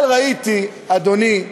אבל ראיתי, אדוני,